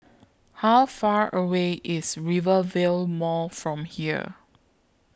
How Far away IS Rivervale Mall from here